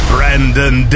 Brandon